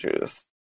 juice